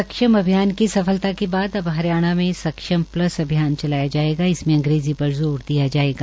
सक्षम अभियान की सफलता के बाद हरियाणा में सक्षम प्लस अभियान चलाया जायेगा इसमें अंग्रेजी पर जोर दिया जायेगा